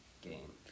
game